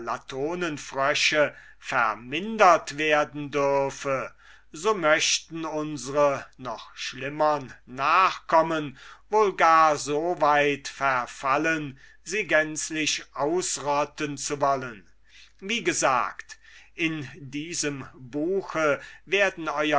latonenfrösche vermindert werden dürfe so möchten unsre noch schlimmern nachkommen wohl gar so weit verfallen sie gänzlich ausrotten zu wollen wie gesagt in diesem buche werden